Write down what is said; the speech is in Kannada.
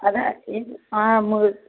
ಅದಾ ಏನು ಹಾಂ ಮುಗಿದು